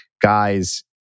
guys